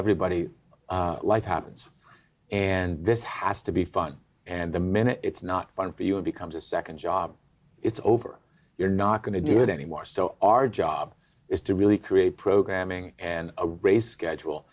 everybody life happens and this has to be fun and the minute it's not fun for you it becomes a nd job it's over you're not going to do it anymore so our job is to really create programming and a race schedule